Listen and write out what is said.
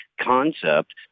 concept